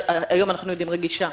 שהיום אנחנו יודעים שהיא כל כך רגישה?